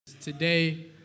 Today